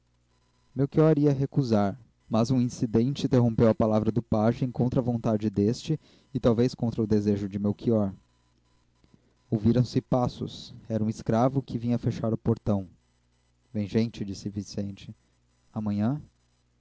tudo melchior ia recusar mas um incidente interrompeu a palavra do pajem contra a vontade deste e talvez contra o desejo de melchior ouviram-se passos era um escravo que vinha fechar o portão vem gente disse vicente amanhã